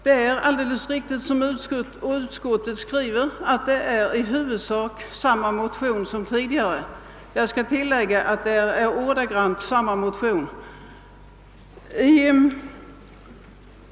Det är alldeles riktigt att det som utskottet skriver i huvudsak är samma motion som tidigare — jag kan tillägga att motionen är ordagrant likalydande med den vi behandlade förra året.